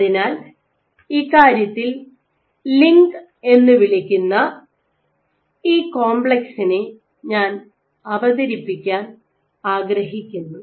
അതിനാൽ ഇക്കാര്യത്തിൽ ലിങ്ക് എന്നു വിളിക്കുന്ന ഈ കോംപ്ലക്സിനെ ഞാൻ അവതരിപ്പിക്കാൻ ആഗ്രഹിക്കുന്നു